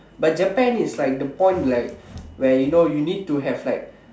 but Japan is like the point like where you know you need to have like